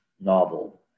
novel